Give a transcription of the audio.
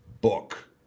book